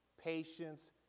patience